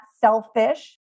selfish